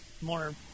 more